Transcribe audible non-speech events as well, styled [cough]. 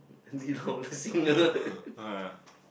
[laughs]